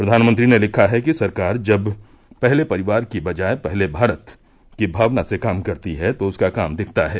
प्रधानमंत्री ने लिखा है कि सरकार जब पहले परिवार की बजाय पहले भारत की भावना से काम करती हैतो उसका काम दिखता है